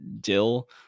Dill